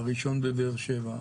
הראשון בבאר שבע,